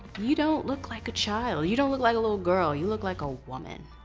you don't look like a child. you don't look like a little girl. you look like a woman.